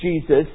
Jesus